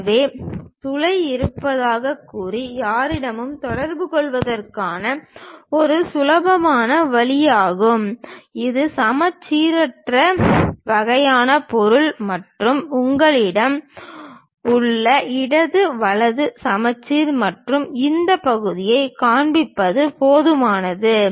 எனவே துளை இருப்பதாகக் கூறி யாருடனும் தொடர்புகொள்வதற்கான ஒரு சுலபமான வழியாகும் இது சமச்சீரற்ற வகையான பொருள் மற்றும் உங்களிடம் உள்ள இடது வலது சமச்சீர் மற்றும் இந்த பகுதியைக் காண்பிப்பது போதுமானது